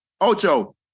Ocho